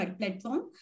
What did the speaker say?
platform